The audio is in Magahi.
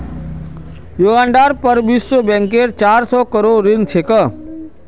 युगांडार पर विश्व बैंकेर चार सौ करोड़ ऋण छेक